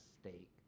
steak